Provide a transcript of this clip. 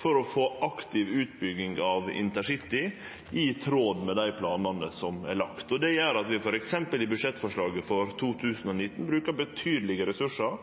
for å få aktiv utbygging av intercity, i tråd med dei planane som er lagde. Det gjer f.eks. at vi i budsjettforslaget for 2019 brukar betydelege ressursar